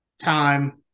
time